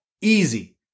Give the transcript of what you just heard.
Easy